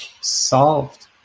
solved